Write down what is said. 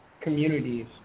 communities